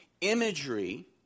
Imagery